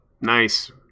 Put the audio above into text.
Nice